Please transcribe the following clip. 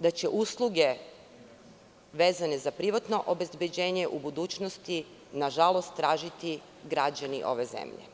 da će usluge vezane za privatno obezbeđenje u budućnosti, nažalost, tražiti građani ove zemlje.